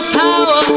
power